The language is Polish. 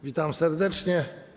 Witam serdecznie.